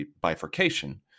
bifurcation